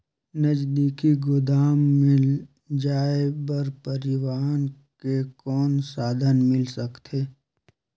नजदीकी गोदाम ले जाय बर परिवहन के कौन साधन मिल सकथे?